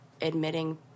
admitting